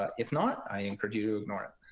but if not, i encourage you to ignore it.